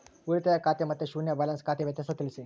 ಉಳಿತಾಯ ಖಾತೆ ಮತ್ತೆ ಶೂನ್ಯ ಬ್ಯಾಲೆನ್ಸ್ ಖಾತೆ ವ್ಯತ್ಯಾಸ ತಿಳಿಸಿ?